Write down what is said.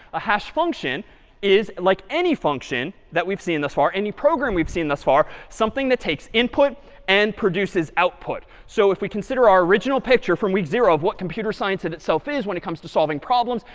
a hash function is like any function that we've seen thus far, any program we've seen thus far something that takes input and produces output. so if we consider our original picture from week zero of what computer science in itself is when it comes to solving problems,